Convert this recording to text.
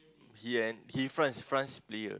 he and he France France player